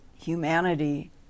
humanity